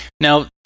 Now